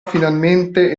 finalmente